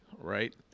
right